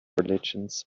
religions